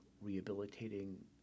rehabilitating